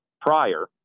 prior